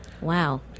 Wow